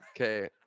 Okay